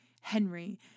Henry